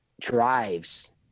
drives